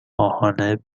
ماهانه